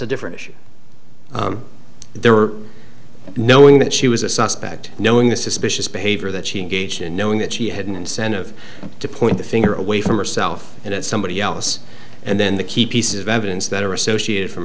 a different issue there were knowing that she was a suspect knowing the suspicious behavior that she engaged in knowing that she had an incentive to point the finger away from herself and at somebody else and then the key piece of evidence that are associated from